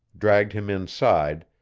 dragged him inside,